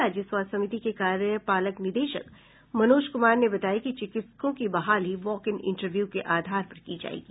राज्य स्वास्थ्य समिति के कार्यपालक निदेशक मनोज कुमार ने बताया कि चिकित्सकों की बहाली वॉक इन इंटरव्यू के आधार पर की जायेगी